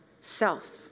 self